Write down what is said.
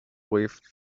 with